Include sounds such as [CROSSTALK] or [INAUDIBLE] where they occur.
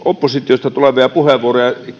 [UNINTELLIGIBLE] oppositiosta tulevia puheenvuoroja